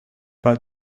but